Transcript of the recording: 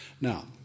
Now